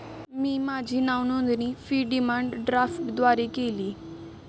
मी माझी नावनोंदणी fee demand ड्राफ्टद्वारे दिली